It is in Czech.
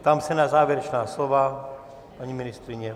Ptám se na závěrečná slova paní ministryně?